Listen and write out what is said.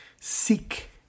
seek